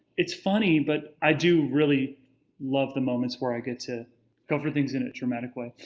it's funny but i do really love the moments where i get to go for things in a dramatic way.